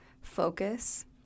focus